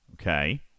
Okay